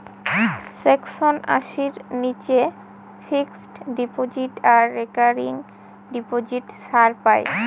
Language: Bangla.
সেকশন আশির নীচে ফিক্সড ডিপজিট আর রেকারিং ডিপোজিট ছাড় পাই